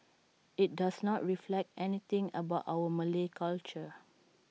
IT does not reflect anything about our Malay culture